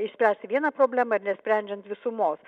išspręsti vieną problemą ir nesprendžiant visumos